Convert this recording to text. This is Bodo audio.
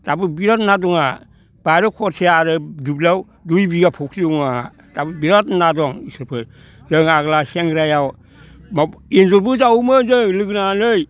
दाबो बिराद ना दं आंहा बारि खरसे आरो दुब्लियाव दुइ बिगा फुख्रि दङ आंहा दाबो बिराद ना दं इसोरफोर जों आग्लाव सेंग्रायाव एनजरबो जावोमोन जों लोगो नांनानै